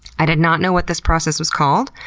i did not know what this process was called,